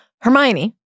Hermione